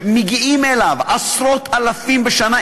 שמגיעים אליו עשרות-אלפים בשנה,